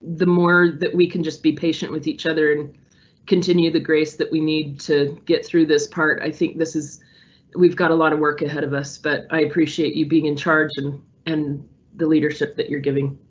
more that we can. just be patient with each other and continue the grace that we need to get through this part. i think this is we've got a lot of work ahead of us but i appreciate you being in charge and and the leadership that you're giving.